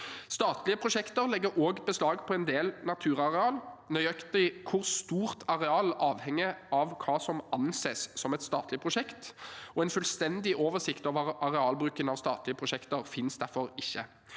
Statlige prosjekter legger også beslag på en del naturareal. Nøyaktig hvor stort areal avhenger av hva som anses som et statlig prosjekt. En fullstendig oversikt over arealbruken i statlige prosjekter finnes derfor ikke.